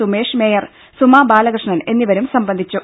Sumesh mayor Suma Balakrishnan എന്നിവരും സംബന്ധിച്ചു